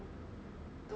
you're boring